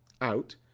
out